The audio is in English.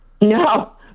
No